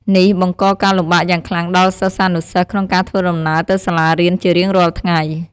នេះបង្កការលំបាកយ៉ាងខ្លាំងដល់សិស្សានុសិស្សក្នុងការធ្វើដំណើរទៅសាលារៀនជារៀងរាល់ថ្ងៃ។